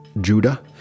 Judah